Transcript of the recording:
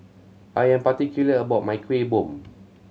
I am particular about my Kuih Bom